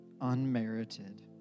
unmerited